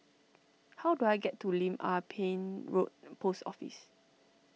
how do I get to Lim Ah Pin Road Post Office